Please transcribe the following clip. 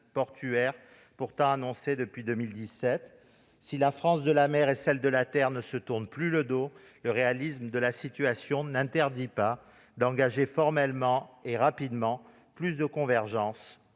portuaire, annoncée depuis 2017. Si la France de la mer et celle de la terre ne se tournent plus le dos, le réalisme de la situation n'interdit pas d'engager formellement et rapidement plus de convergence,